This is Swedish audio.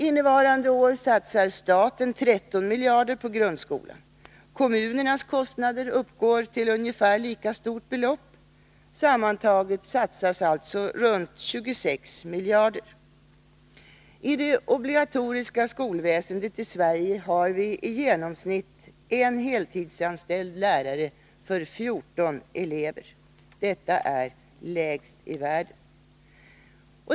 Innevarande år satsar staten 13 miljarder kronor på grundskolan. Kommunernas kostnader uppgår till ungefär lika stort belopp. Sammantaget satsas alltså runt 26 miljarder. I det obligatoriska skolväsendet i Sverige har vi i genomsnitt en heltidsanställd lärare för 14 elever. Detta är lägst i världen.